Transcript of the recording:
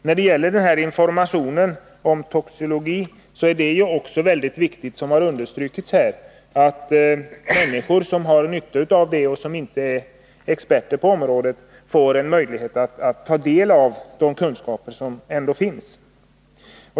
När det gäller informationen om toxikologi är det, som understrukits här, mycket viktigt att de människor som har nytta av sådan information men som inte är experter på området får en möjlighet att ta del av de kunskaper som ändå finns.